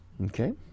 okay